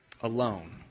Alone